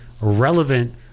relevant